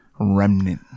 remnant